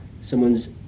someone's